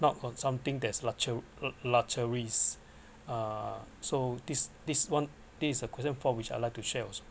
not for something that is luxu~ luxuries uh so this this one this is a question for which I like to share also